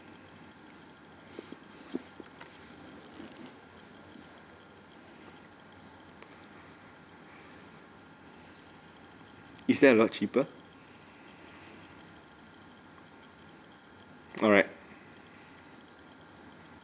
is there a lot cheaper alright